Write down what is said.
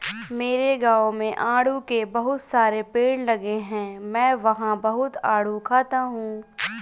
मेरे गाँव में आड़ू के बहुत सारे पेड़ लगे हैं मैं वहां बहुत आडू खाता हूँ